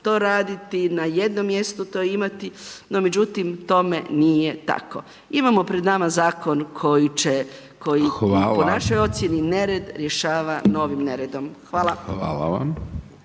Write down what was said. to raditi, na jednom mjestu to imati, no međutim tome nije tako. Imamo pred nama zakon koji će, koji po našoj ocjeni nered rješava novim neredom. Hvala. **Hajdaš